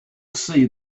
see